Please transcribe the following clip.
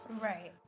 Right